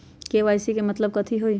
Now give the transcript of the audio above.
KYC के मतलब कथी होई?